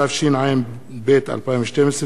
התשע"ב 2012,